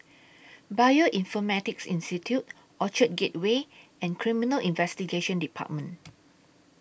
Bioinformatics Institute Orchard Gateway and Criminal Investigation department